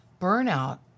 burnout